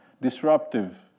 disruptive